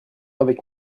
avec